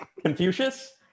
Confucius